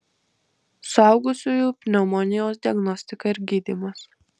suaugusiųjų pneumonijos diagnostika ir gydymas